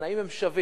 התנאים הם שווים.